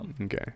Okay